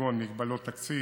כגון מגבלות תקציב,